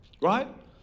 Right